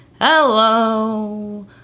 Hello